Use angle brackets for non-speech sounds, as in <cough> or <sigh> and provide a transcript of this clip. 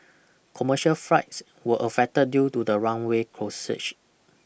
commercial flight were affected due to the runway <unintelligible>